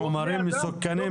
מאיפה מביאים חומרים מסוכנים?